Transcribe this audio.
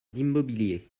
d’immobilier